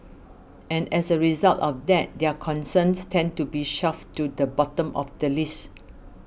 and as a result of that their concerns tend to be shoved to the bottom of the list